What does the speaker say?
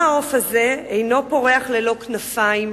מה העוף הזה אינו פורח בלא כנפיים,